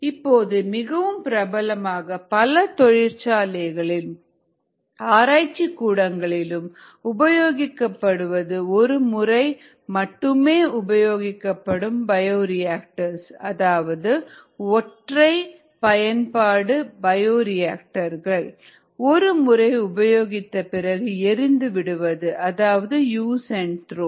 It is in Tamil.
இப்போது மிகவும் பிரபலமாக பல தொழிற்சாலைகளிலும் ஆராய்ச்சிக் கூடங்களிலும் உபயோகிக்கப் படுவது ஒரு முறை மட்டுமே உபயோகப்படும் பயோரியாக்டர்ஸ் அல்லது ஒற்றை பயன்பாட்டு பயோரியாக்டர்கள் ஒரு முறை உபயோகித்த பிறகு எறிந்து விடுவது அதாவது யூஸ் அண்ட் த்ரோ